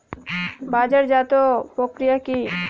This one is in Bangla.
বাজারজাতও প্রক্রিয়া কি?